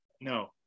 No